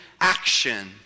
action